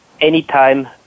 anytime